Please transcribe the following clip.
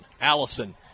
Allison